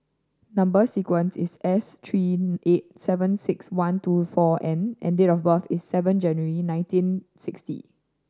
number sequence is S three eight seven six one two four N and date of birth is seven January nineteen sixty